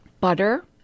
butter